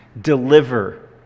Deliver